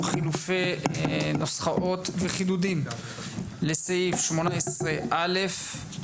נוסחאות וחידודים לסעיף 18א. אני גם